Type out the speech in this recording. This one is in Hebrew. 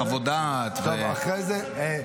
לפני כמה חודשים הייתה חוות דעת אחרת של היועצת המשפטית.